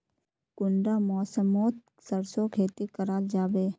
कुंडा मौसम मोत सरसों खेती करा जाबे?